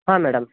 ಹಾಂ ಮೇಡಮ್